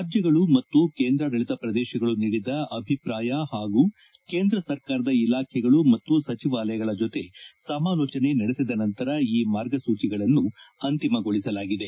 ರಾಜ್ಲಗಳು ಮತ್ತು ಕೇಂದ್ರಾಡಳಿತ ಪ್ರದೇಶಗಳು ನೀಡಿದ ಅಭಿಪ್ರಾಯ ಹಾಗೂ ಕೇಂದ್ರ ಸರ್ಕಾರದ ಇಲಾಖೆಗಳು ಮತ್ತು ಸಚಿವಾಲಯಗಳ ಜೊತೆ ಸಮಾಲೋಚನೆ ನಡೆಸಿದ ನಂತರ ಈ ಮಾರ್ಗಸೂಚಿಗಳನ್ನು ಅಂತಿಮಗೊಳಿಸಲಾಗಿದೆ